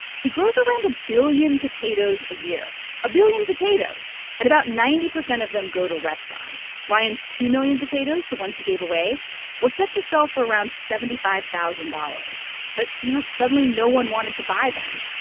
he grows around a billion potatoes a year a billion potatoes. and about ninety percent of them go to restaurants. ryan's two million potatoes the ones he gave away were set to sell for around seventy five thousand dollars. but you know, suddenly, no one wanted to buy them.